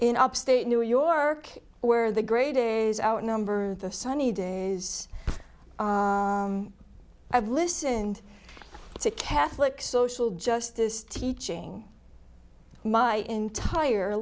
in upstate new york where the grey days outnumber the sunny days i've listened to catholic social justice teaching my entire